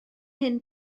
hyn